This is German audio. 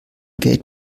gate